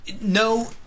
no